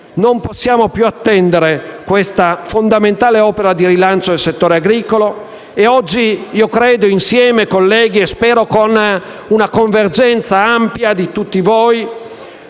Non possiamo più attendere questa fondamentale opera di rilancio del settore agricolo, e oggi, credo, insieme, colleghi - spero con una convergenza ampia di tutti voi